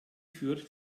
führt